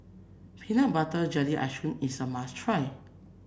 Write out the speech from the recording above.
Peanut Butter Jelly Ice cream is a must try